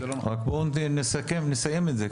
רק בוא נסיים את זה.